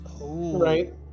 Right